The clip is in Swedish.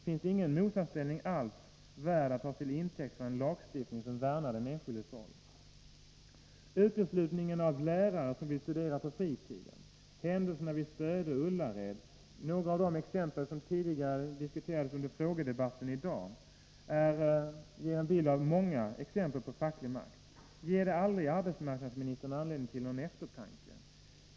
Finns det ingen motsatsställning alls värd att tas till intäkt för en lagstiftning som värnar den enskildes roll? Uteslutningen av lärare som vill studera på fritiden, händelserna vid Stöde och Ullared, några av de exempel som tidigare har diskuterats under frågedebatten i dag ger en bild av att det finns många exempel på facklig makt. Ger det aldrig arbetsmarknadsministern anledning till eftertanke?